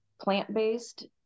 plant-based